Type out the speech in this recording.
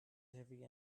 heavy